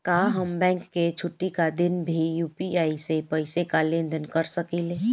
का हम बैंक के छुट्टी का दिन भी यू.पी.आई से पैसे का लेनदेन कर सकीले?